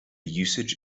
usage